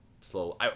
Slow